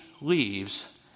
leaves